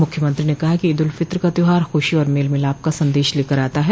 मुख्यमंत्री ने कहा कि ईद उल फित्र का त्यौहार खुशी और मेल मिलाप का सन्देश लेकर आता है